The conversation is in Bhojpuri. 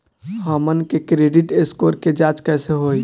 हमन के क्रेडिट स्कोर के जांच कैसे होइ?